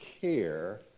care